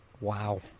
Wow